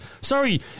Sorry